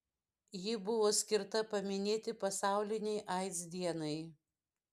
ji buvo skirta paminėti pasaulinei aids dienai